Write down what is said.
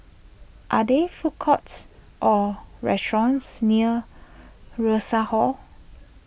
are there food courts or restaurants near Rosas Hall